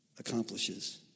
accomplishes